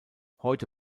heute